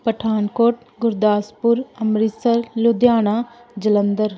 Pathankot Gurdaspur Amritsar Ludhiana Jalandhar